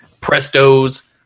Prestos